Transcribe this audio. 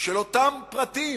של אותם פרטים